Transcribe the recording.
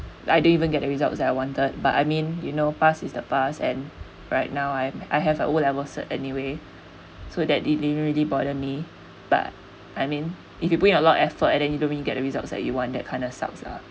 I didn't even get the results that I wanted but I mean you know past is the past and right now I am I have O level cert anyway so that it didn't really bother me but I mean if you put in a lot of effort and you don't get the results that you want that kinda sucks lah